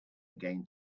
again